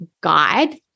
guide